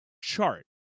chart